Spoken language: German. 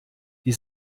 die